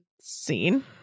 scene